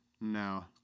No